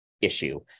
issue